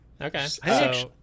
okay